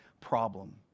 problem